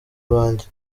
banjye